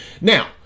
Now